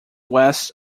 west